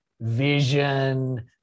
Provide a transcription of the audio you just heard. vision